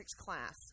class